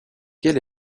quel